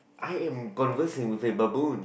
I am conversing with a baboon